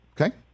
Okay